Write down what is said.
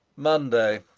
monday!